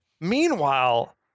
Meanwhile